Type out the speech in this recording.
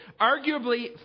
Arguably